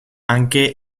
anche